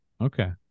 Okay